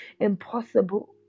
impossible